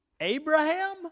Abraham